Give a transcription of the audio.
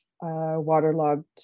waterlogged